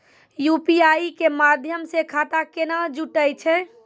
UPI के माध्यम से खाता केना जुटैय छै?